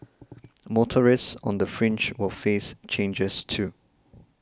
motorists on the fringe will face changes too